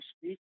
speak